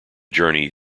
journey